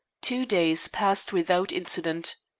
two days passed without incident.